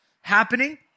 happening